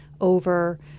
over